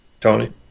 Tony